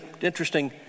interesting